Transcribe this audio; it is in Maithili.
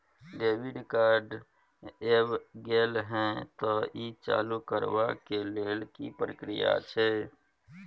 डेबिट कार्ड ऐब गेल हैं त ई चालू करबा के लेल की प्रक्रिया छै?